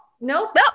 nope